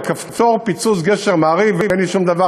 על כפתור פיצוץ גשר "מעריב" אין לי שום דבר